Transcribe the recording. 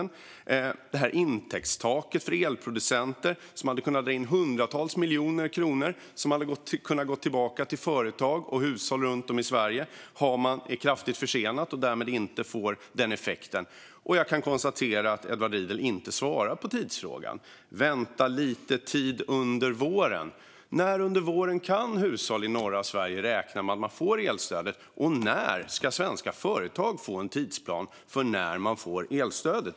Man har kraftigt försenat intäktstaket för elproducenter, som hade kunnat dra in hundratals miljoner kronor som hade kunnat gå tillbaka till företag och hushåll runt om i Sverige. Därmed får man inte den effekten. Jag kan konstatera att Edward Riedl inte svarar på tidsfrågan. Man ska vänta en liten tid under våren. När under våren kan hushåll i norra Sverige räkna med att få elstödet, och när ska svenska företag få en tidsplan för när de får elstödet?